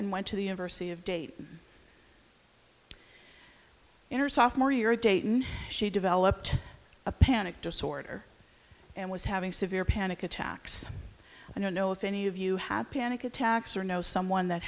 and went to the university of date in her soft morier dayton she developed a panic disorder and was having severe panic attacks i don't know if any of you had panic attacks or know someone that